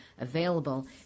available